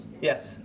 Yes